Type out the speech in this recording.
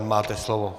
Máte slovo.